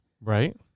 Right